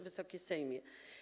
Wysoki Sejmie!